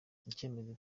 cyemezo